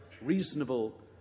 reasonable